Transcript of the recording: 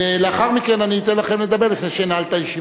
ולאחר מכן אני אתן לכם לדבר לפני שאנעל את הישיבה.